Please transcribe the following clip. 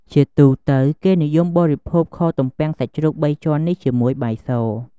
ជាទូទៅ គេនិយមបរិភោគខទំំពាំងសាច់ជ្រូកបីជាន់នេះជាមួយបាយស។